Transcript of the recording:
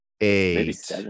eight